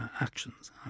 actions